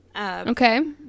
Okay